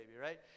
right